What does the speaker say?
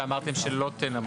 שאמרתם שלא תנמקו אותן.